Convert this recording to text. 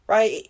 Right